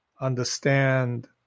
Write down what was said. understand